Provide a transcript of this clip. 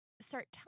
start